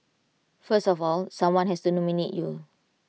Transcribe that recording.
first of all someone has to nominate you